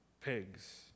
Pigs